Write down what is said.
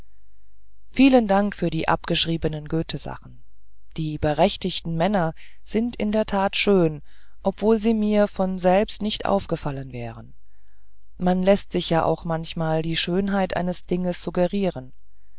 vielen dank für die abgeschriebenen goethesachen die berechtigten männer sind in der tat schön obschon sie mir von selbst nicht aufgefallen wären man läßt sich ja auch manchmal die schönheit eines dinges suggerieren